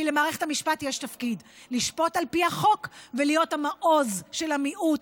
כי למערכת המשפט יש תפקיד: לשפוט על פי החוק ולהיות המעוז של המיעוט,